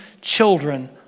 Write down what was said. children